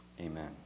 Amen